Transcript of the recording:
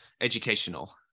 educational